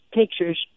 pictures